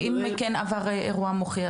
ואם הוא כן עבר אירוע מוחי,